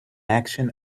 action